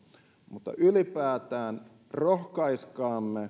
mutta ylipäätään rohkaiskaamme